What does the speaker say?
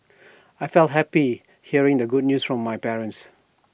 I felt happy hearing the good news from my parents